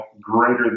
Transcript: Greater